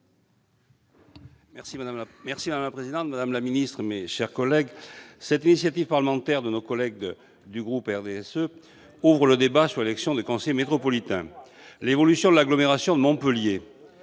Madame la présidente, madame la ministre, mes chers collègues, cette initiative parlementaire de nos collègues du groupe du RDSE ouvre le débat sur l'élection des conseillers métropolitains. Le 1 janvier 2015, l'agglomération de Montpellier